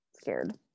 scared